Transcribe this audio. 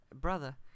brother